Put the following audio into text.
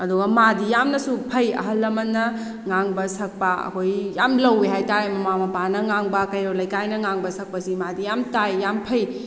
ꯑꯗꯨꯒ ꯃꯥꯗꯤ ꯌꯥꯝꯅꯁꯨ ꯐꯩ ꯑꯍꯜ ꯑꯃꯟꯅ ꯉꯥꯡꯕ ꯁꯛꯄ ꯑꯩꯈꯣꯏ ꯌꯥꯝ ꯂꯧꯏ ꯍꯥꯏꯇꯥꯔꯦ ꯃꯃꯥ ꯃꯄꯥꯅ ꯉꯥꯡꯕ ꯀꯩꯔꯣꯜ ꯂꯩꯀꯥꯏꯅ ꯉꯥꯡꯕꯁꯤ ꯃꯥꯗꯤ ꯌꯥꯝ ꯇꯥꯏ ꯌꯥꯝ ꯐꯩ